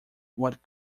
what